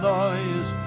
noise